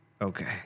Okay